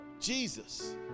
Jesus